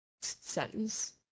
sentence